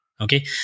Okay